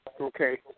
Okay